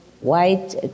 white